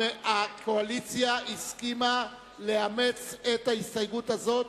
הקואליציה הסכימה לאמץ את ההסתייגות הזאת